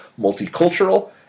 multicultural